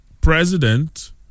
president